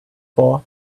for